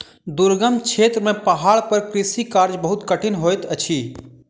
दुर्गम क्षेत्र में पहाड़ पर कृषि कार्य बहुत कठिन होइत अछि